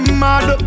mad